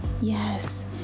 Yes